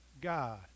God